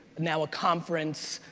now a conference,